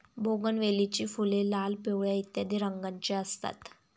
बोगनवेलीची फुले लाल, पिवळ्या इत्यादी रंगांची असतात